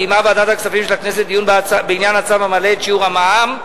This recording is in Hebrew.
קיימה ועדת הכספים של הכנסת דיון בעניין הצו המעלה את שיעור המע"מ,